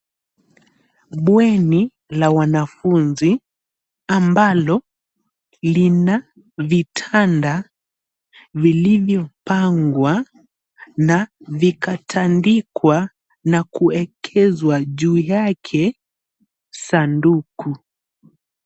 Bweni la wanafunzi ambalo lina vitanda vilivyopangwa na vikatandikwa na kuwekezwa juu yake sanduku.